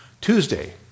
Tuesday